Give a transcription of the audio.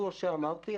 כמו שאמרתי,